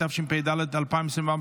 התשפ"ד 2024,